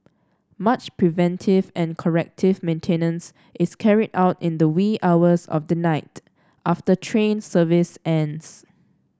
much preventive and corrective maintenance is carried out in the wee hours of the night after train service ends